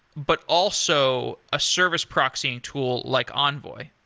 but also a service proxying tool like envoy?